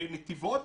בנתיבות,